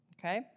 okay